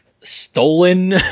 stolen